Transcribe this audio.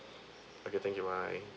okay thank you bye